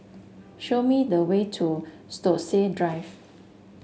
show me the way to Stokesay Drive